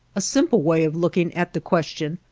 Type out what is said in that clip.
a simple way of looking at the question,